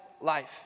life